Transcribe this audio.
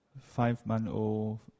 Five-month-old